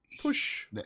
Push